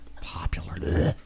Popular